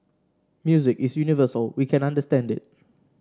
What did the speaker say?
music is universal we can understand it